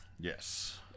Yes